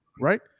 right